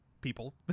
people